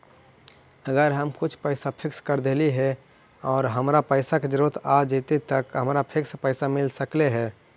अगर हम कुछ पैसा फिक्स कर देली हे और हमरा पैसा के जरुरत आ जितै त का हमरा फिक्स पैसबा मिल सकले हे?